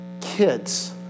kids